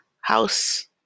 House